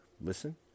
listen